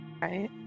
Right